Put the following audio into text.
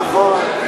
נכון.